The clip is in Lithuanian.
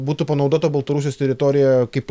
būtų panaudota baltarusijos teritorija kaip